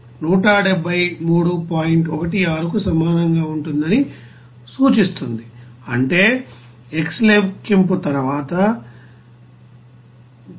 16 కు సమానంగా ఉంటుందని సూచిస్తుంది అంటే x లెక్కింపు తర్వాత 5